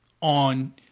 on